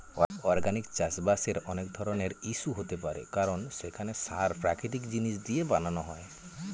organic চাষবাসের অনেক ধরনের ইস্যু হতে পারে কারণ সেখানে সার প্রাকৃতিক জিনিস দিয়ে বানানো হয়